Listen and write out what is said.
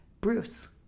Bruce